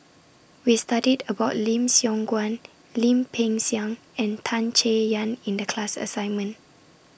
We studied about Lim Siong Guan Lim Peng Siang and Tan Chay Yan in The class assignment